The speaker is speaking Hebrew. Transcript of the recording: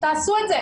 תעשו את זה,